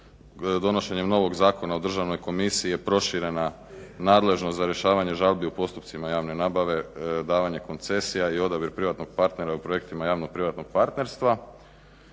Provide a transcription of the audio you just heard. donošenjem novog Zakona o Državnoj komisiji je proširena nadležnost za rješavanje žalbi u postupcima javne nabave, davanje koncesija i odabir privatnog partnera u projektima javno-privatnog partnerstva.